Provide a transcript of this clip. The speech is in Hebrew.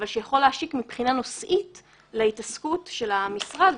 אבל שיכול להשיק מבחינה נושאית להתעסקות של המשרד,